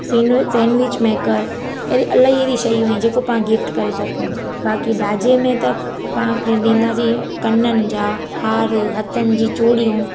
sandwich sandwich maker अहिड़ी इलाही अहिड़ी शयूं आहिनि जेको पाणि गिफ़्ट करे सघूं बाक़ी ॾाजे में त पाण में ॾिंदासीं कननि जा हार हथनि जी चूड़ियूं